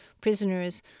prisoners